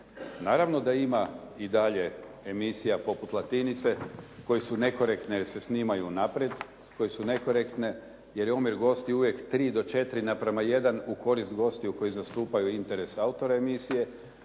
Naravno da ima i dalje emisija poput Latinice koje su nekorektne jer se snimaju unaprijed, koje su nekorektne jer je omjer gostiju uvijek 3 do 4 na prema 1 u korist gostiju koji zastupaju interes autora emisije